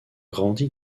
grandi